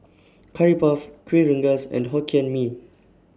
Curry Puff Kuih Rengas and Hokkien Mee